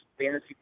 fantasy